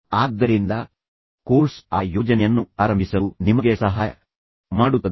ಆದ್ದರಿಂದ ಕೋರ್ಸ್ ಆ ಯೋಜನೆಯನ್ನು ಪ್ರಾರಂಭಿಸಲು ನಿಮಗೆ ಸಹಾಯ ಮಾಡುತ್ತದೆ